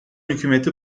hükümeti